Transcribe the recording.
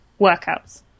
workouts